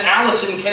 Allison